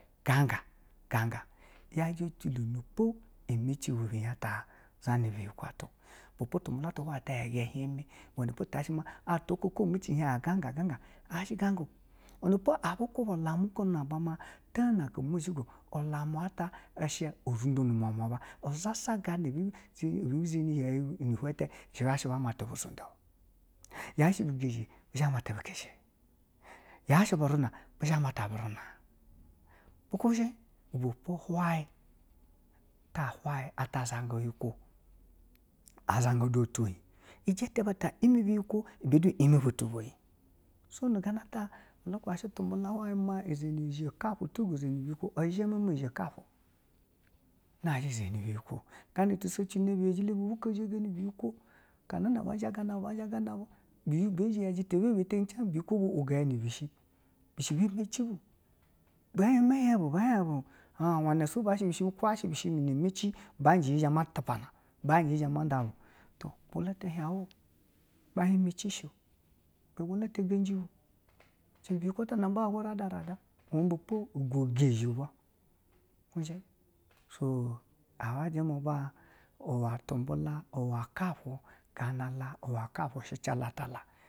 Nganga nganga ɛyaji ɛjilo na po ɛmeci bu hin ta zhena biyikwo ita, ibepo tubula tu hwayi ta yaga hweme iwenepo ti yashi ma atwa iko ɛmeci hien a ngan a zha shi agangao, iwenepo abi kube ulomo oko nama ma ta m mozhigo ulam u ata hulwo ni umwamwa aba i sha sha gana ɛbu zhinu yeu i hwan ita shi bu zhi ba mata bu sunde, yashi bu kezhe bu zha ba mata bu kezhe, yashi buruna bu zha ba mata buruna, bu kube shi ibepo hwayi, ta hwayi a ta zaga ɛyikwo, a zaga tu ɛtweyi itete bata yeme biyi kwo ɛme tubutwa bweyi so nu gata u lugba shi tubula hwayi maa zhe nu ga fu nazhi zhini biyi kwo ɛzhima ma zhe gafu na zhe zheni biyi kwo, gana tisejino biyejilo mi bu ko shegeni biyi kwo akanana ba zhagana ba zhagana bu bwe zhe ba teni cem biyakwo ba wogo ya nibishi, bishi be ɛmeci bu, ba hien ma hien bu kwo yashi bishi mi na meci ba jayi ma tioana bu bwolo ata hien awo ugbahin mu ci sho ibe bwolo atangaci bu, biyikwo ata na ba hwayi go rada rada iwe-mbepo ogezhi iba, ba hiji ɛ abu kjeme wa tubula wa kafu gana la iwe kafu shi ta la.